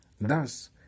Thus